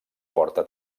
porta